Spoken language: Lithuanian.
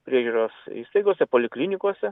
priežiūros įstaigose poliklinikose